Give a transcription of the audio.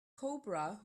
cobra